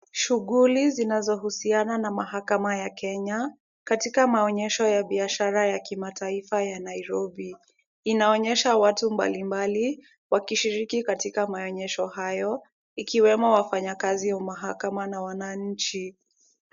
Shughuli zinazohusiana na mahakama ya Kenya katika maonyesho ya kibiashara ya kimataifa ya Nairobi. Inaonyesha watu mbalimbali wakishiriki katika maonyesho hayo ikiwemo wafanyikazi wa mahakama na wananchi.